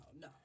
no